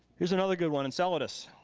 here's another good one, enceladus.